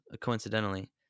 coincidentally